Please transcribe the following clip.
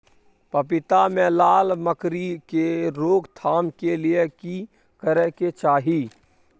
पपीता मे लाल मकरी के रोक थाम के लिये की करै के चाही?